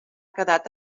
quedat